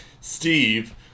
Steve